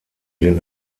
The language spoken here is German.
den